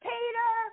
Peter